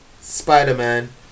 Spider-Man